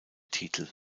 titel